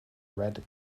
red